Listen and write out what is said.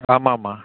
ஆமாம்மா